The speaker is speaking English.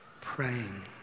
praying